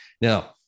Now